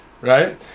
right